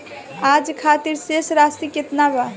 आज खातिर शेष राशि केतना बा?